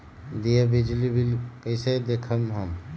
दियल बिजली बिल कइसे देखम हम?